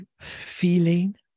feeling